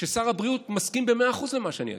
ששר הבריאות מסכים במאה אחוזים למה שאני אגיד.